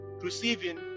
receiving